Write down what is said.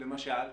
למשל?